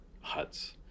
huts